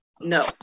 No